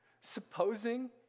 supposing